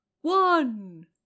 one